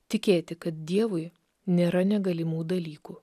tikėti kad dievui nėra negalimų dalykų